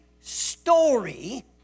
story